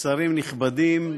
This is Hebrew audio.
שרים נכבדים,